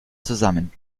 zusammen